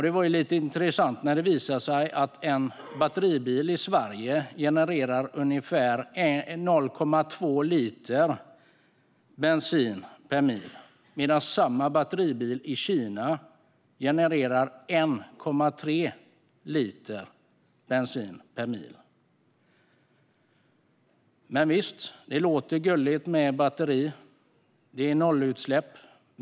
Det var lite intressant när det visade sig att en batteribil i Sverige genererar ungefär 0,2 liter bensin per mil medan samma batteribil i Kina genererar 1,3 liter bensin per mil. Men visst, det låter gulligt med batteri. Det är nollutsläpp.